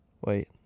Wait